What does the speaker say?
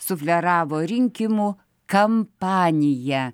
sufleravo rinkimų kampanija